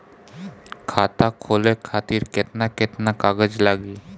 खाता खोले खातिर केतना केतना कागज लागी?